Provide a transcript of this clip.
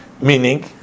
Meaning